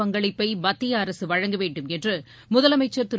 பங்களிப்பை மத்திய அரசு வழங்க வேண்டும் என்று முதலமைச்சர் திரு